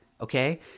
okay